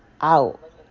out